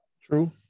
True